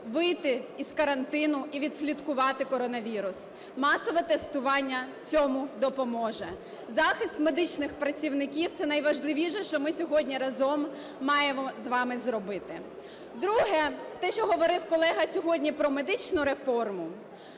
вийти із карантину і відслідкувати коронавірус. Масове тестування цьому допоможе. Захист медичних працівників – це найважливіше, що ми сьогодні разом маємо з вами зробити. Друге. Те, що говорив колега сьогодні про медичну реформу.